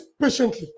patiently